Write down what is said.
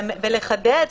ולחדד,